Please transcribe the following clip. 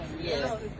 Yes